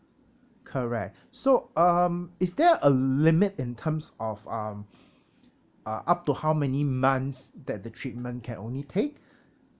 correct so um is there a limit in terms of um uh up to how many months that the treatment can only take